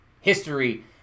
history